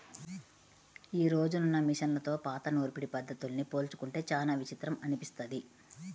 యీ రోజునున్న మిషన్లతో పాత నూర్పిడి పద్ధతుల్ని పోల్చుకుంటే చానా విచిత్రం అనిపిస్తది